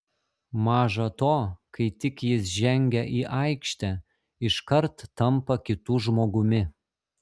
maža to kai tik jis žengia į aikštę iškart tampa kitu žmogumi